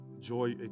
joy